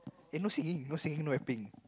eh no singing no singing no rapping